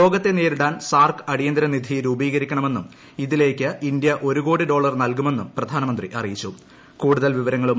രോഗത്തെ നേരിടാൻ സാർക് അടിയന്തര നിധി രൂപീകരിക്കണമെന്നും ഇതിലേക്ക് ഇന്ത്യ ഒരു കോടി ഡോളർ നൽകുമെന്നും പ്രധാനമന്ത്രി അറിയിച്ചു